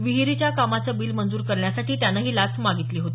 विहिरीच्या कामाचं बील मंजूर करण्यासाठी त्यानं ही लाच मागितली होती